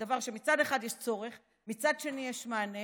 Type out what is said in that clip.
כדבר שמצד אחד יש בו צורך ומצד שני יש מענה.